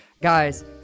Guys